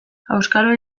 auskalo